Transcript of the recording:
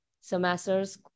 semesters